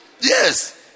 Yes